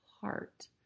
heart